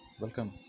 welcome